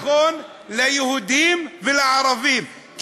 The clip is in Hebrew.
זה נכון ליהודים ולערבים.